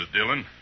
Dylan